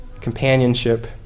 companionship